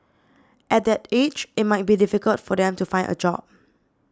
at that age it might be difficult for them to find a job